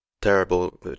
terrible